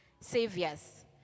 saviors